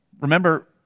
Remember